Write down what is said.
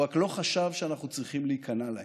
הוא רק לא חשב שאנחנו צריכים להיכנע להם.